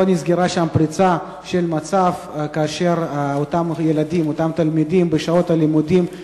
אבל לא נסגרה שם הפרצה כאשר אותם תלמידים יכולים